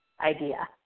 idea